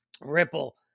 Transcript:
Ripple